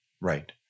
Right